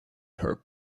her